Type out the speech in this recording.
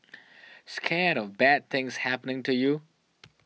scared of bad things happening to you